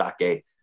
sake